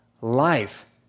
life